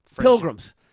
Pilgrims